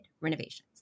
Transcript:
renovations